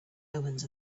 omens